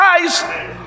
eyes